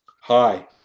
Hi